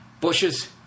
bushes